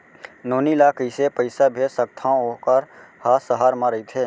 नोनी ल कइसे पइसा भेज सकथव वोकर ह सहर म रइथे?